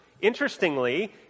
Interestingly